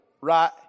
right